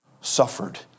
suffered